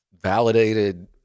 validated